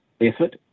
effort